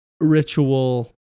ritual